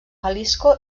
jalisco